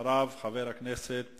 אחריו, חבר הכנסת